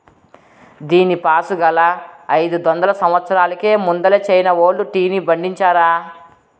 దీనిపాసుగాలా, అయిదొందల సంవత్సరాలకు ముందలే చైనా వోల్లు టీని పండించారా